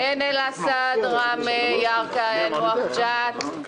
ואם אנחנו מסתכלים על הגרפים אנחנו יכולים לראות מגמת עלייה בכל שנה.